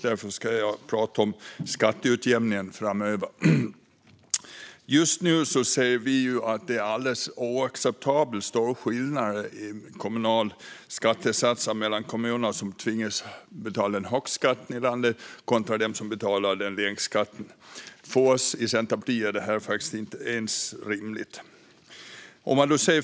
Därför ska jag prata om skatteutjämningen framöver. Just nu ser vi att det är helt oacceptabelt stora skillnader i kommunala skattesatser mellan de kommuner som tvingas betala högst skatt i landet och de som betalar lägst skatt. Enligt oss i Centerpartiet är det faktiskt inte rimligt.